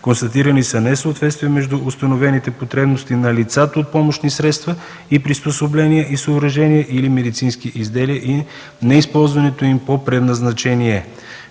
Констатирани са несъответствия между установените потребности на лицата от помощни средства и приспособления и съоръжения или медицински изделия и неизползването им по предназначение.